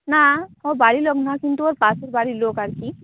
না ও বাড়ির লোক না কিন্তু ওর পাশের বাড়ির লোক আর কি